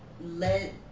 let